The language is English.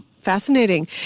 Fascinating